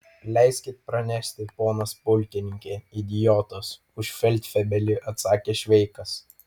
leiskit pranešti ponas pulkininke idiotas už feldfebelį atsakė šveikas